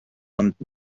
amt